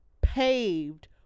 paved